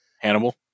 Hannibal